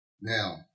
Now